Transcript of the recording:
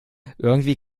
irgendwie